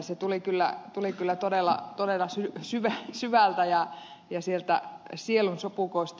se tuli kyllä todella syvältä ja sieltä sielun sopukoista